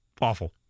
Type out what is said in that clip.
Awful